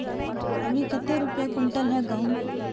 अभी कते रुपया कुंटल है गहुम?